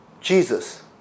Jesus